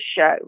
show